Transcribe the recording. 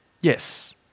yes